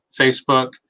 Facebook